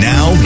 Now